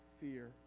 fear